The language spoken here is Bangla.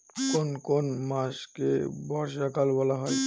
কোন কোন মাসকে বর্ষাকাল বলা হয়?